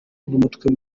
n’umutwe